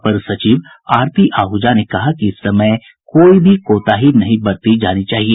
अपर सचिव आरती आहूजा ने कहा कि इस समय कोई भी कोताही नहीं बरती जानी चाहिए